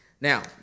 Now